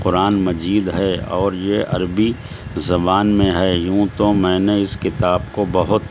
قرآن مجید ہے اور یہ عربی زبان میں ہے یوں تو میں نے اس کتاب کو بہت